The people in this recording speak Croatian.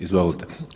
Izvolite.